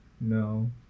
No